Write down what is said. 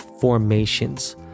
formations